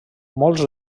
molts